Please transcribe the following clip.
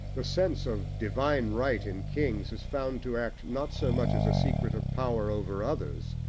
the sense of divine right in kings is found to act not so much as a secret of power over others,